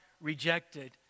rejected